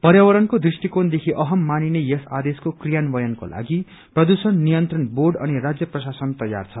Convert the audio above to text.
पर्यावरणको दृष्टिकोण ेदखि अहम मानिने यस आदेशको क्रियान्वयनको लागि प्रदुषण निंत्रण अनि राजय प्रशासन तयार छ